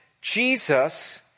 jesus